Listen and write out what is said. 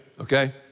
okay